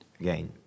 again